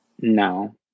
No